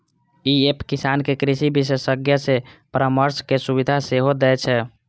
ई app किसान कें कृषि विशेषज्ञ सं परामर्शक सुविधा सेहो दै छै